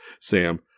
Sam